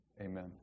Amen